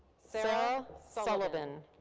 sarah sullivan.